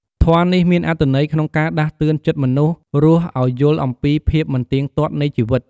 ធម៌នេះមានអត្ថន័យក្នុងការដាស់តឿនចិត្តមនុស្សរស់ឱ្យយល់អំពីភាពមិនទៀងទាត់នៃជីវិត។